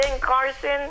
Carson